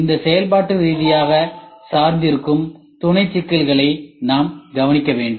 இந்த செயல்பாட்டு ரீதியாக சார்ந்திருக்கும் துணை சிக்கல்களை நாம் கவனிக்க வேண்டும்